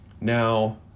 Now